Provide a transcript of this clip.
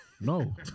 No